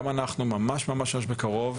ממש בקרוב,